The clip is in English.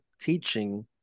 teaching